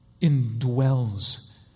indwells